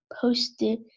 posted